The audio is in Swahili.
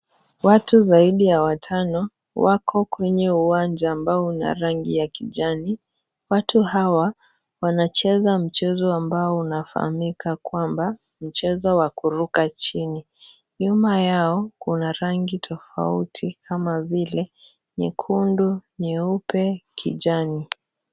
Watu zaidi ya watano wako kwenye uwanja ambao una rangi ya kijani. Watu hawa wanacheza mchezo ambao unafahamika kwamba mchezo wa kuruka chini. Nyuma yao kuna rangi tofauti kama vile nikundu, nyeupe, kijani.